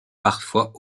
parfois